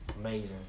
amazing